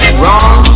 wrong